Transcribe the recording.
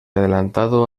adelantado